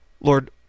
Lord